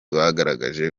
bagaragaje